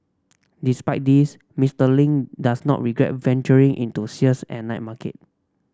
despite this Mister Ling does not regret venturing into sales at night market